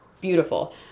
Beautiful